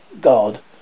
god